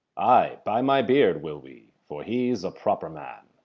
ay, by my beard, will we for he is a proper man.